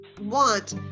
want